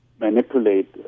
manipulate